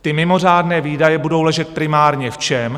Ty mimořádné výdaje budou ležet primárně v čem?